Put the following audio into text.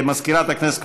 למזכירת הכנסת,